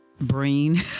brain